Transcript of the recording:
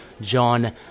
John